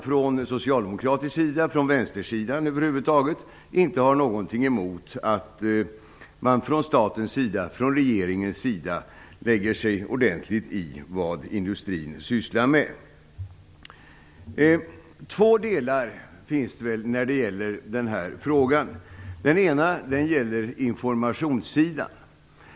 Från socialdemokratisk sida och från vänstersidan över huvud taget har man inte någonting emot att staten och regeringen ordentligt lägger sig i vad industrin sysslar med. Den här frågan har två delar. Den ena gäller informationssidan.